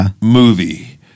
movie